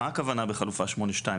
מה הכוונה בחלופה (8) (2)?